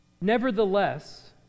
Nevertheless